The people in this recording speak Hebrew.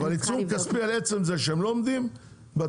אבל עיצום כספי על עצם זה שהם לא עומדים בתאריכים,